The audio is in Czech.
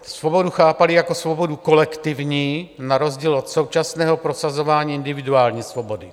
Svobodu chápali jako svobodu kolektivní na rozdíl od současného prosazování individuální svobody.